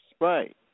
Right